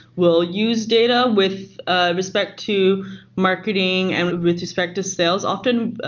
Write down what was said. will use data with ah respect to marketing and with respect to sales. often,